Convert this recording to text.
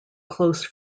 close